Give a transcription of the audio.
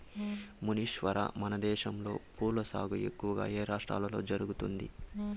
మునీశ్వర, మనదేశంలో పూల సాగు ఎక్కువగా ఏ రాష్ట్రంలో జరుగుతుంది